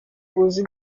uzi